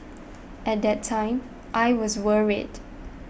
at that time I was worried